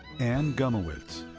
anne gumowitz.